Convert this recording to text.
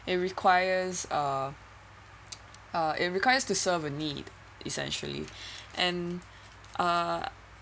it requires a uh it requires to serve a need essentially and uh